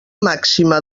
màxima